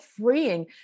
freeing